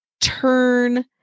turn